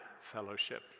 fellowship